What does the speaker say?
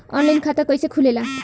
Online खाता कइसे खुलेला?